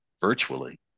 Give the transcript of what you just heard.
virtually